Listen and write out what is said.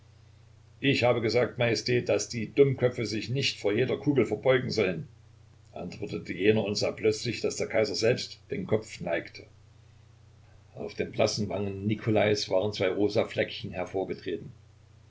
ich habe gesagt majestät daß die dummköpfe sich nicht vor jeder kugel verbeugen sollen antwortete jener und sah plötzlich daß der kaiser selbst den kopf neigte auf den blassen wangen nikolais waren zwei rosa fleckchen